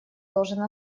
должен